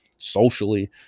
socially